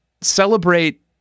celebrate